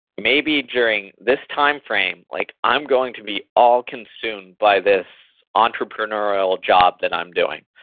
maybe during this timeframe, like i'm going to be all-consumed by this entrepreneurial job that i'm doing.